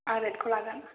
आं रेदखौ लागोन